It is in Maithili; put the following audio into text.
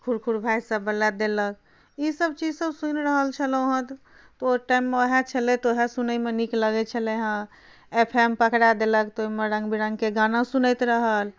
खुरखुर भाइ सबवला देलक ईसब चीज सब सुनि रहल छलहुँ हँ तऽ ओ टाइममे वएह छलै तऽ वएह सुनैमे नीक लगै छलै हँ एफ एम पकड़ा देलक तऽ ओहिमे रङ्गबिरङ्गके गाना सुनैत रहल